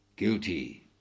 guilty